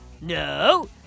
No